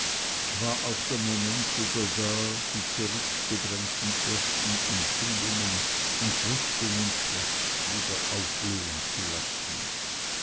war auch der moment wieder da die zurückgedrängten ersten empfindungen entrüstung und schreck wieder auflohen zu lassen